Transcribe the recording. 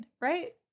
right